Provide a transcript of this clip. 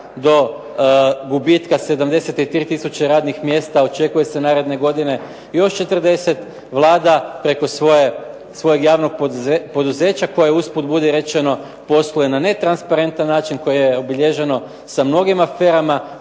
do gubitka 73 tisuće radnih mjesta očekuje se naredne godine još 40, Vlada preko svojeg javnog poduzeća, koje usput budi rečeno posluje na netransparentan način, koji je obilježeno sa mnogim aferama,